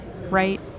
right